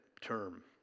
term